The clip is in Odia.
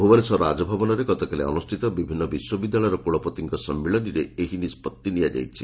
ଭୁବନେଶ୍ୱର ରାଜଭବନରେ ଗତକାଲି ଅନୁଷ୍ଷିତ ବିଭିନ୍ ବିଶ୍ୱବିଦ୍ୟାଳୟର କୁଳପତିଙ୍କ ସମ୍ମିଳନୀରେ ଏହି ନିଷ୍ବଉି ନିଆଯାଇଛି